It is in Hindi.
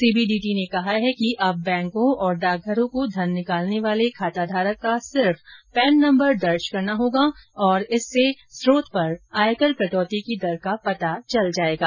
सीबीडीटी ने कहा है कि अब बैंकों और डाकघरों को धन निकालने वाले खाताधारक का सिर्फ पैन नम्बर दर्ज करना होगा और इससे स्रोत पर आयकर कटौती की दर का पता चल जाएगा